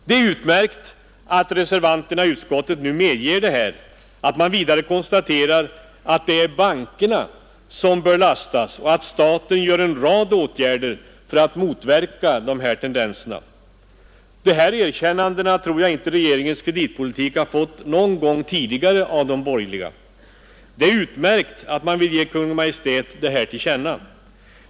Det är utmärkt att reservanterna i utskottet nu medger detta och att man vidare konstaterar att det är bankerna som bör lastas och att staten vidtar en rad åtgärder för att motverka dessa tendenser. Sådana erkännanden tror jag inte att regeringens kreditpolitik fått någon gång tidigare av de borgerliga. Det är utmärkt att man vill ge Kungl. Maj:t detta till känna.